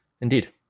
indeed